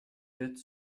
dettes